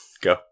Go